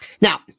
Now